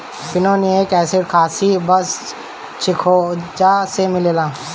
pinolenic acid खासी बस चिलगोजा से मिलेला